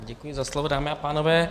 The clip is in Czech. Děkuji za slovo, dámy a pánové.